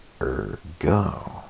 Ergo